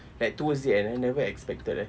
like towards the end I never expected eh